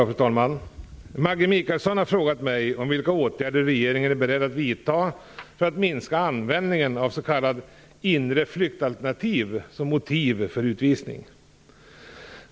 Fru talman! Maggi Mikaelsson har frågat mig om vilka åtgärder regeringen är beredd att vidta för att minska användningen av s.k. inre flyktalternativ som motiv för utvisning.